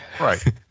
Right